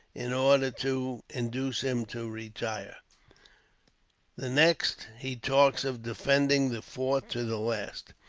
in order to induce him to retire the next he talks of defending the fort to the last.